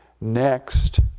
Next